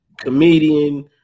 comedian